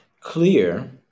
clear